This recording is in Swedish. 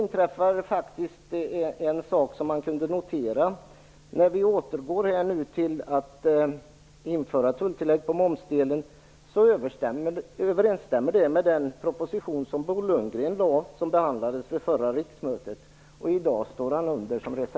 Något som kan noteras när vi nu återinför tulltillägg på momsdelen är att detta överensstämmer med den av Bo Lundgren framlagda proposition som behandlades under det förra riksmötet. I dag är Bo